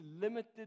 limited